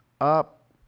up